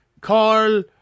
Carl